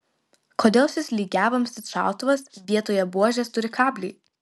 kodėl šis lygiavamzdis šautuvas vietoje buožės turi kablį